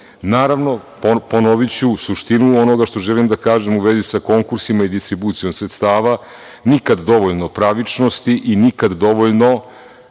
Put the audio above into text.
posao. Naravno, ponoviću suštinu onoga što želim da kažem u vezi sa konkursima i distribucijom sredstava, nikada dovoljno pravičnosti i nikada dovoljno